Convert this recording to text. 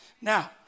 now